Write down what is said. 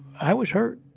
i was hurt.